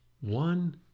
One